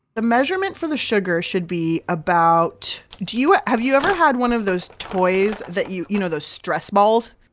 the measurement for the sugar should be about, do you, ah have you ever had one of those toys that you, you know, those stress-balls?